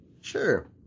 Sure